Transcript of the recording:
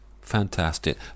fantastic